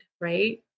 right